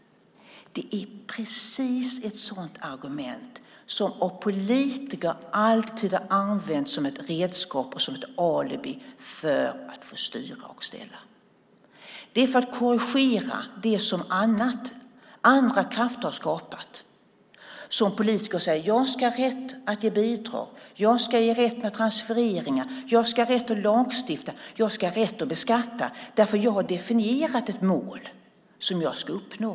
Det är precis ett sådant argument som av politiker alltid har använts som ett redskap och som ett alibi för att få styra och ställa. Det är för att korrigera det som andra krafter skapat som politiker säger: Jag ska ha rätt att ge bidrag, jag ska ge rätten till transfereringar, jag ska ha rätt att lagstifta, jag ska ha rätt att beskatta, därför att jag har definierat ett mål som jag ska uppnå.